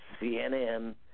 CNN